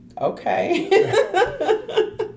okay